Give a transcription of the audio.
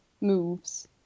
moves